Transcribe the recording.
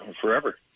forever